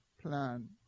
plan